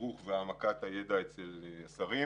לתדרוך והעמקת הידע אצל השרים,